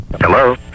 Hello